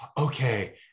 okay